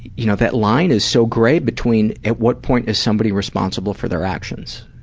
you know, that line is so gray between at what point is somebody responsible for their actions.